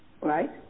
right